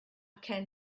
can